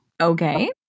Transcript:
Okay